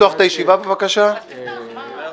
טוב.